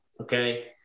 okay